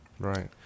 right